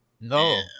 No